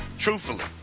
truthfully